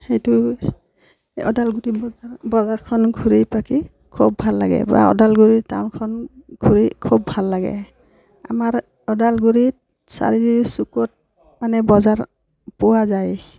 সেইদৰে ওদালগুৰি বজাৰখন ঘূৰি পকি খুব ভাল লাগে বা ওদালগুৰি টাউনখন ঘূৰি খুব ভাল লাগে আমাৰ ওদালগুৰিত চাৰিও চুকত মানে বজাৰ পোৱা যায়